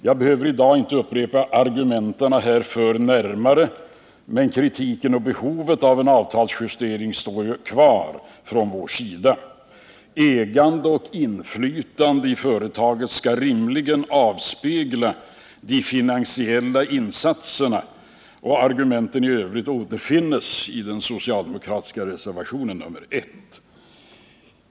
Jag behöver i dag inte närmare upprepa argumenten härför, men kritiken och kravet på en avtalsjustering står kvar från vår sida. Ägande och inflytande i företaget skall rimligen avspegla de finansiella insatserna. Argumenten i övrigt återfinns i den socialdemokratiska reservationen 1.